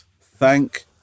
Thank